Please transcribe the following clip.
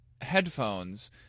headphones